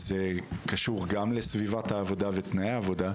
זה קשר גם לסביבת העבודה ותנאי העבודה,